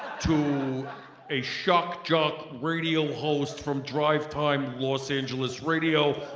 to a shock jock radio host from drive time los angeles radio.